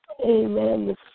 Amen